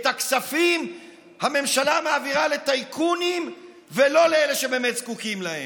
את הכספים הממשלה מעבירה לטייקונים ולא לאלה שבאמת זקוקים להם.